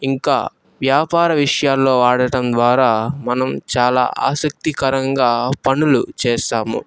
ఇంకా వ్యాపార విషయాల్లో వాడటం ద్వారా మనం చాలా ఆసక్తికరంగా పనులు చేస్తాము